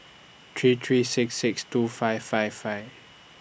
three three six six two five five five